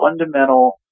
fundamental